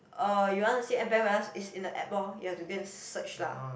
uh you want to see is in the app [lorh] you have to go and search lah